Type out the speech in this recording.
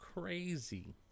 crazy